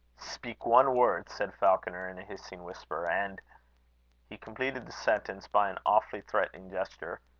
speak one word, said falconer, in a hissing whisper, and he completed the sentence by an awfully threatening gesture.